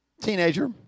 teenager